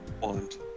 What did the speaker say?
want